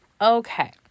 Okay